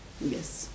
Yes